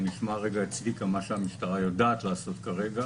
ונשמע את צביקה מה המשטרה יודעת לעשות כרגע